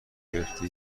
گرفته